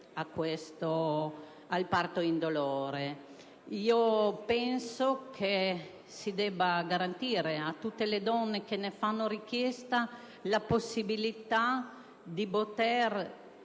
accedere al parto indolore. Penso che si debba garantire a tutte le donne che ne fanno richiesta la possibilità di